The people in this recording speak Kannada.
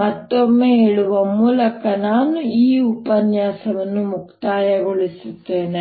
ಮತ್ತೊಮ್ಮೆ ಹೇಳುವ ಮೂಲಕ ನಾನು ಈ ಉಪನ್ಯಾಸವನ್ನು ಮುಕ್ತಾಯಗೊಳಿಸುತ್ತೇನೆ